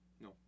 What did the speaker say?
No